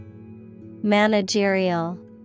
Managerial